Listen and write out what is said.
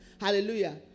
hallelujah